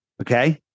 Okay